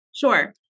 Sure